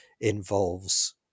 involves